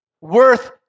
Worth